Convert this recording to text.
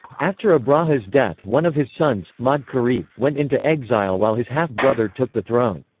after abraha's death one of his sons, ma'd-karib, went into exile while his half-brother took the throne.